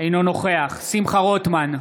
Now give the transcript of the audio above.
אינו נוכח שמחה רוטמן,